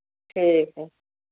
ठीक है